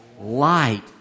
light